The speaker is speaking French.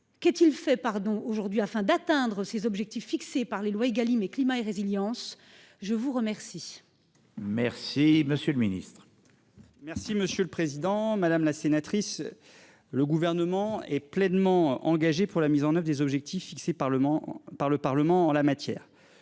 Qu'est-il fait pardon aujourd'hui afin d'atteindre ses objectifs fixés par les loi Egalim et climat et résilience. Je vous remercie. Merci, monsieur le Ministre. Merci monsieur le président, madame la sénatrice. Le gouvernement est pleinement engagé pour la mise en neuf des objectifs fixés Parlement par le Parlement en la matière.